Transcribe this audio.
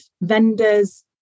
vendors